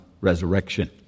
resurrection